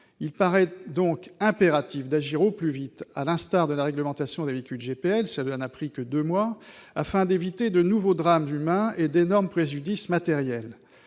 Il paraît donc impératif d'agir au plus vite, à l'instar de la réglementation des véhicules GPL- cela n'a pris que deux mois -, afin d'éviter de nouveaux drames humains et d'énormes préjudices matériels.